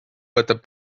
võtab